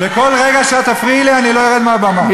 וכל רגע שאת תפריעי לי אני לא ארד מהבמה.